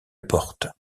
porte